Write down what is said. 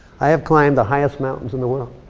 i have climbed the highest mountains in the world.